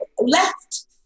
left